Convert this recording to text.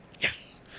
Yes